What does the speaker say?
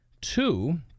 Two